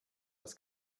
das